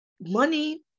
money